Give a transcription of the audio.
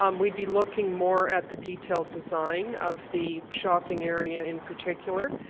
um we would be looking more at the detailed design of the shopping area, in particular,